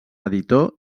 editor